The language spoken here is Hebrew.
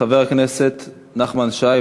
חבר הכנסת נחמן שי,